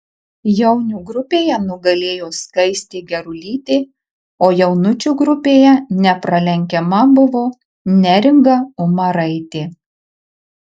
jaunių grupėje nugalėjo skaistė gerulytė o jaunučių grupėje nepralenkiama buvo neringa umaraitė